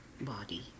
body